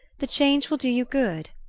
the change will do you good,